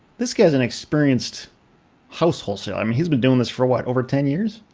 this guy's an experienced house wholesale um he's been doing this for what, over ten years?